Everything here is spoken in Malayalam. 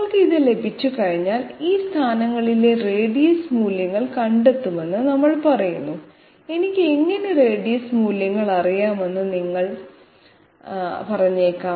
നമ്മൾക്ക് ഇത് ലഭിച്ചുകഴിഞ്ഞാൽ ഈ സ്ഥാനങ്ങളിലെ റേഡിയസ് മൂല്യങ്ങൾ കണ്ടെത്തുമെന്ന് നമ്മൾ പറയുന്നു എനിക്ക് എങ്ങനെ റേഡിയസ് മൂല്യങ്ങൾ അറിയാമെന്ന് നിങ്ങൾ പറഞ്ഞേക്കാം